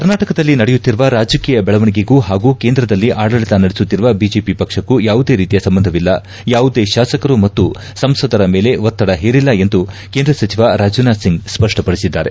ಕರ್ನಾಟಕದಲ್ಲಿ ನಡೆಯುತ್ತಿರುವ ರಾಜಕೀಯ ಬೆಳವಣಿಗೆಗೂ ಹಾಗೂ ಕೇಂದ್ರದಲ್ಲಿ ಆಡಳತ ನಡೆಸುತ್ತಿರುವ ಬಿಜೆಪಿ ಪಕ್ಷಕ್ಕೂ ಯಾವುದೇ ರೀತಿಯ ಸಂಬಂಧವಿಲ್ಲ ಯವುದೇ ಶಾಸಕರು ಮತ್ತು ಸಂಸದರ ಮೇಲೆ ಒತ್ತಡ ಹೇರಿಲ್ಲ ಎಂದು ಕೇಂದ್ರ ಸಚಿವ ರಾಜನಾಥ್ ಸಿಂಗ್ ಸ್ಪಷ್ಟಪಡಿಸಿದ್ದಾರೆ